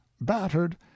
battered